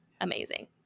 amazing